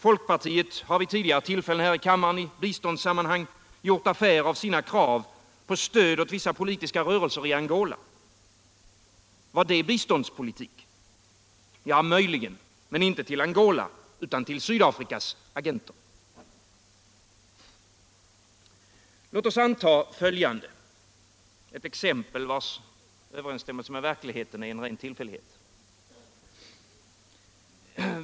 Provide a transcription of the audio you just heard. Folkpartiet har vid tidigare tillfällen här i kammaren i biståndssammanhang gjort affär av sina krav på stöd åt vissa politiska rörelser i Angola. Var det biståndspoliuk? Ja, möjligen, men inte till Angola utan till Sydafrikas agenter. Låt oss anta följande — ett exempel vars överensstämmelse med verkligheten är en ren tillfällighet.